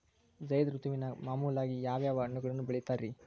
ಝೈದ್ ಋತುವಿನಾಗ ಮಾಮೂಲಾಗಿ ಯಾವ್ಯಾವ ಹಣ್ಣುಗಳನ್ನ ಬೆಳಿತಾರ ರೇ?